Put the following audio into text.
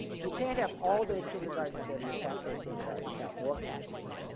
you can't have all day kindergarten instead of just half-day kindergarten without more classrooms.